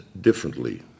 differently